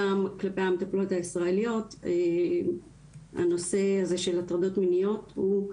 גם כלפיי המטפלות הישראליות הנושא הזה של הטרדות מיניות הוא,